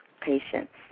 patients